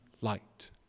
light